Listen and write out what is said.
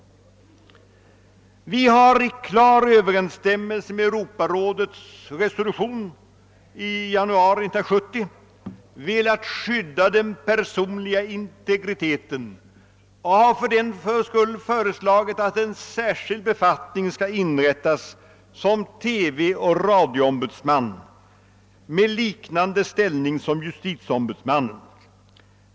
Vi har i klar överensstämmelse med Europarådets nyssnämnda resolution i januari 1970 velat skydda den personliga integriteten och har fördenskull föreslagit att en särskild befattning skall inrättas som TV och radioombudsman med liknande ställning som justitieombudsmannens.